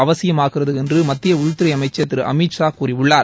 அவசியமாகிறது என்று மத்திய உள்துறை அமைச்சர் திரு அமித்ஷா கூறியுள்ளார்